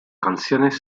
canciones